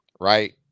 right